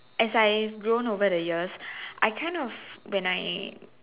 as I grown over the years I kind of when I